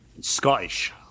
Scottish